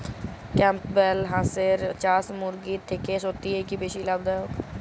Campbell হাঁসের চাষ মুরগির থেকে সত্যিই কি বেশি লাভ দায়ক?